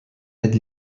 aide